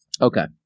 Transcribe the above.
Okay